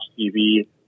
TV